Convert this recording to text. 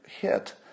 hit